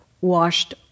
washed